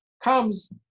comes